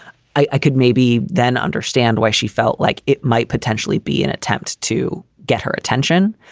i could maybe then understand why she felt like it might potentially be an attempt to get her attention